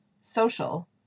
social